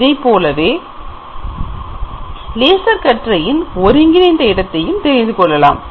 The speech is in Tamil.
இதைப்போலவே லேசர் கற்றைஇன் ஒருங்கிணைந்த இடத்தையும் தெரிந்துகொள்ளலாம்